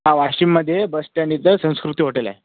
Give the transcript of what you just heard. हां वाशिममध्ये बसस्टँड इथं संस्कृती होटेल आहे